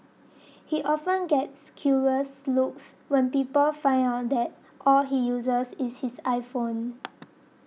he often gets curious looks when people find out that all he uses is his iPhone